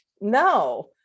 no